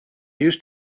used